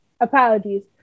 apologies